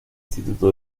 instituto